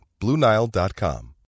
BlueNile.com